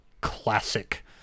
classic